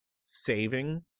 saving